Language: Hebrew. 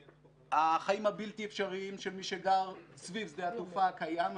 החיים הבלתי-אפשריים של מי שגר סביב שדה התעופה הקיים.